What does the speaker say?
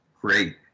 great